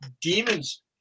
demons